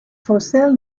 fossiles